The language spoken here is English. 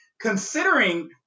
considering